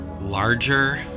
larger